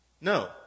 no